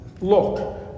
look